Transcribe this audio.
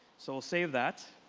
so we'll save that.